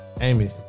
Amy